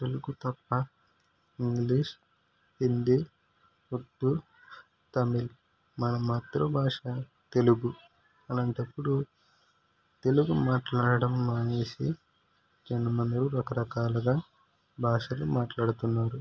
తెలుగు తప్ప ఇంగ్లీష్ హిందీ ఉర్దూ తమిళం మన మాతృభాష తెలుగు అలాంటప్పుడు తెలుగు మాట్లాడడం మానేసి జనాలు రకరకాలుగా భాషలు మాట్లాడుతున్నారు